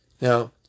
Now